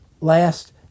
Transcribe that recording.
last